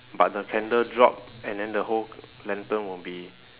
but the candle drop and then the whole lantern will be